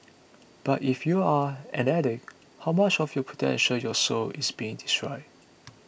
but if you're an addict how much of your potential your soul is being destroyed